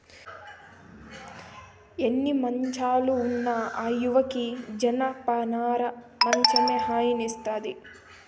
ఎన్ని మంచాలు ఉన్న ఆ యవ్వకి జనపనార మంచమే హాయినిస్తాది